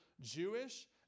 jewish